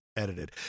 Edited